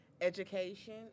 education